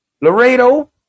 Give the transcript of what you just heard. Laredo